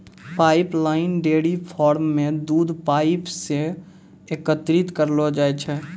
pipeline dairy farm म दूध pipe सें एकत्रित करलो जाय छै